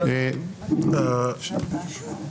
09:25.). חבר הכנסת שמחה רוטמן.